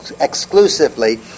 exclusively